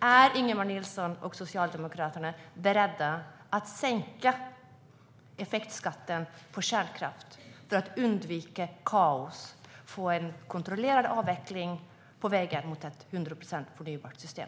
Är Ingemar Nilsson och Socialdemokraterna beredda att sänka effektskatten på kärnkraft för att undvika kaos och få en kontrollerad avveckling på vägen mot ett 100-procentigt förnybart system?